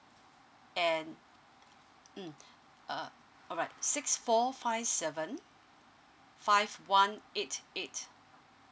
and mm uh alright six four five seven five one eight eight